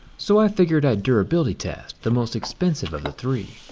so i figured i'd durability test the most expensive of the three.